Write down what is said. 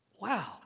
Wow